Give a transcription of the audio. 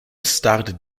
starred